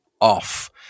off